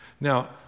Now